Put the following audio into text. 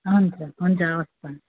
हुन्छ हुन्छ हवस् त